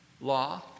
law